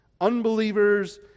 unbelievers